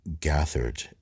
gathered